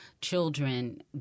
children